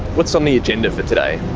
what's on the agenda for today?